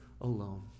alone